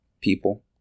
people